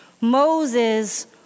Moses